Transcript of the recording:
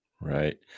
Right